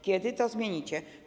Kiedy to zmienicie?